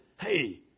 Hey